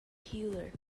healer